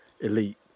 elite